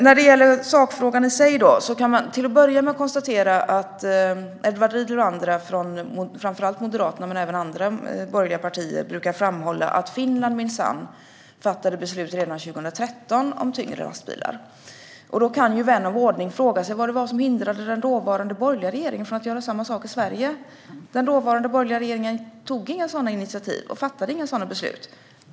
När det gäller sakfrågan i sig kan man till att börja med konstatera att Edward Riedl och andra från framför allt Moderaterna men även andra borgerliga partier brukar framhålla att Finland minsann fattade beslut om tyngre lastbilar redan 2013. Då kan vän av ordning fråga sig vad det var som hindrade den dåvarande borgerliga regeringen från att göra samma sak i Sverige. Den dåvarande borgerliga regeringen tog inga sådana initiativ och fattade inga sådana beslut.